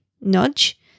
nudge